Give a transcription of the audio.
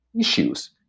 issues